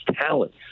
talent